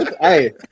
Hey